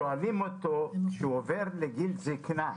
שואלים אותו כשהוא עובר לגיל זקנה: